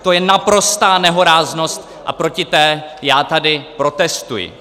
To je naprostá nehoráznost a proti té já tady protestuji.